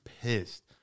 pissed